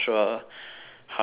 how it's gonna work